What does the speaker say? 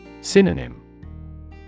Synonym